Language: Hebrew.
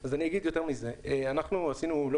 אז אני אגיד יותר מזה: אנחנו עשינו לא